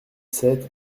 sept